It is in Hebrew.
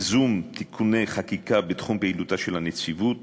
ייזום תיקוני חקיקה בתחום פעילותה של הנציבות,